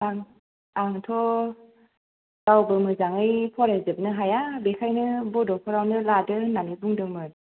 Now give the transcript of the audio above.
आं आंथ' गावबो मोजाङै फरायजोबनो हाया बेखायनो बड'फ्रावनो लादो होननानै बुंदोंमोन